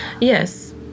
Yes